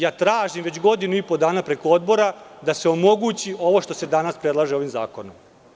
Ja tražim već godinu i po dana preko Odbora da se omogući ovo što se danas predlaže ovim zakonom.